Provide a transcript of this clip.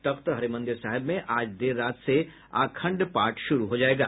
तख्त हरीमंदिर में आज देर रात से अंखड पाठ शुरू हो जायेगा